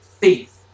faith